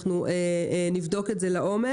אנחנו נבדוק את זה לעומק.